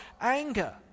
anger